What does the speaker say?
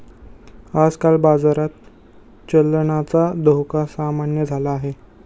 आजकाल बाजारात चलनाचा धोका सामान्य झाला आहे